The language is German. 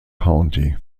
county